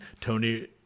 Tony